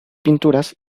pinturas